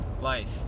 life